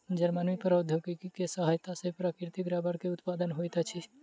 Germany में प्रौद्योगिकी के सहायता सॅ प्राकृतिक रबड़ के उत्पादन होइत अछि